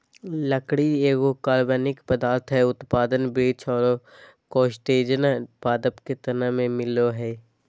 लकड़ी एगो कार्बनिक पदार्थ हई, उत्पादन वृक्ष आरो कास्टजन्य पादप के तना में मिलअ हई